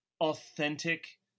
authentic